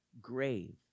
grave